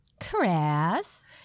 crass